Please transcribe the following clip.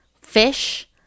fish